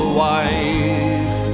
wife